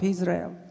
Israel